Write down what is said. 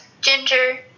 ginger